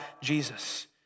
Jesus